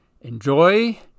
enjoy